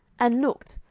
and looked,